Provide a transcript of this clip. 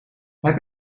heb